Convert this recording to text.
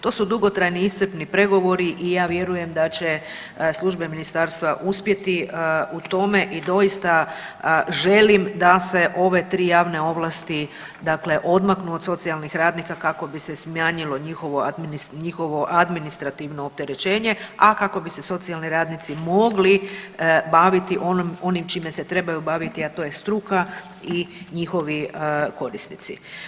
To su dugotrajni i iscrpni pregovori i ja vjerujem da će službe ministarstva uspjeti u tome i doista želim da se ove 3 javne ovlasti dakle odmaknu od socijalnih radnika kako bi se smanjilo njihovo administrativno opterećenje, a kako bi se socijalni radnici mogli baviti onim čime se trebaju baviti, a to je struka i njihovi korisnici.